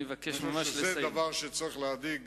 זה דבר שצריך להדאיג